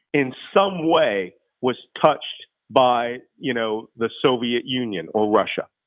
in some way was touched by you know the soviet union, or russia.